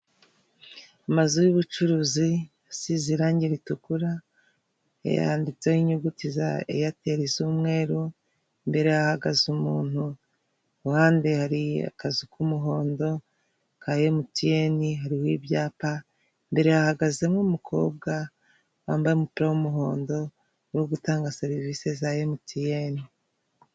Amazu y'ubucuruzi asize irangi ritukura yanditseho inyuguti za eyatel z'umweru imbere yahagaze umuntu uruhande hari akazu k'umuhondo ka mtn hari uwibyapa imbere yahagazemo umukobwa wambaye umupira w'umuhondo no gutanga serivisi za mtn.